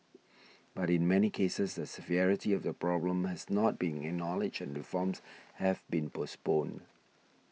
but in many cases the severity of the problem has not been acknowledged and reforms have been postponed